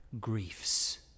griefs